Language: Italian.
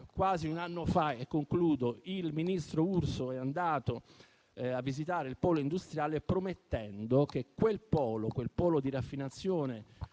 quasi un anno fa il ministro Urso è andato a visitare il polo industriale, promettendo che quel polo di raffinazione,